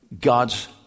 God's